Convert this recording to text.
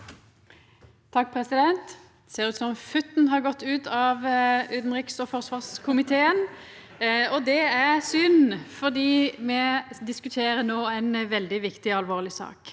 (SV) Det ser ut som futten har gått ut av utanriks- og forsvarskomiteen, og det er synd, for me diskuterer no ei veldig viktig og alvorleg sak.